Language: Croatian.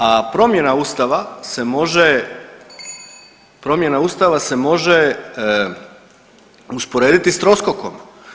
A promjena Ustava se može, promjena Ustava se može usporediti s troskokom.